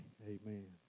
Amen